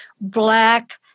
black